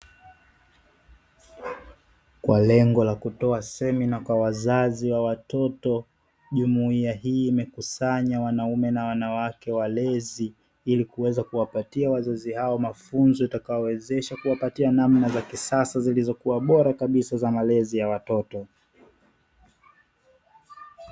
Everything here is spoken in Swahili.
Kwa lengo la kutoa semina kwa wazazi wa watoto jumuiya hii imekusanya wanaume na wanawake walezi ili kuweza kuwapatia wazazi hao mafunzo yatakayowezesha kuwapatia namna za kisasa zilizokuwa bora kabisa za malezi ya watoto.